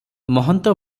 ମହନ୍ତ